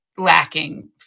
lacking